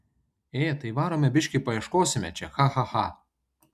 ė tai varome biškį paieškosime čia cha cha cha